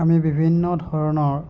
আমি বিভিন্ন ধৰণৰ